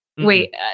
Wait